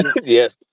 Yes